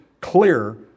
clear